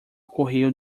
correio